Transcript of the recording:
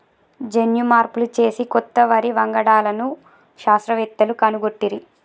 జన్యు మార్పులు చేసి కొత్త వరి వంగడాలను శాస్త్రవేత్తలు కనుగొట్టిరి